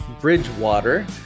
Bridgewater